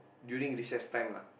during recess time lah